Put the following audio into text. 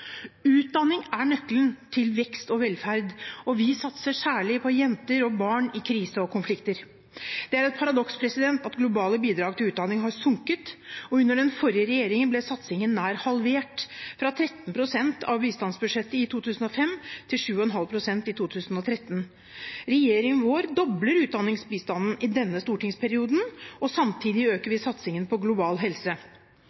Utdanning er nøkkelen til vekst og velferd. Vi satser særlig på jenter og barn i krise og konflikt. Det er et paradoks at globale bidrag til utdanning har sunket. Under den forrige regjeringen ble satsingen nær halvert, fra 13,3 pst. av bistandsbudsjettet i 2005 til 7,2 pst. i 2013. Regjeringen vår dobler utdanningsbistanden i denne stortingsperioden, og samtidig øker